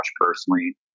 personally